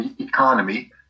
economy